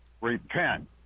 repent